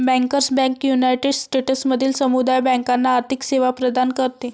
bankers bank united स्टेट्समधील समुदाय बँकांना आर्थिक सेवा प्रदान करते